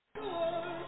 Lord